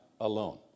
alone